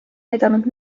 näidanud